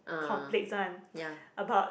conflicts one about